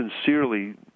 sincerely